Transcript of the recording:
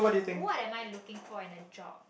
what am I looking for in a job